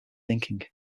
thinking